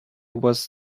was